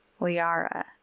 Liara